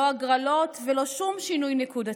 לא הגרלות ולא שום שינוי נקודתי,